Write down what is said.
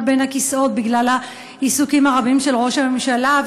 בין הכיסאות בגלל העיסוקים הרבים של ראש הממשלה,